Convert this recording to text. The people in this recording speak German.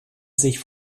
sich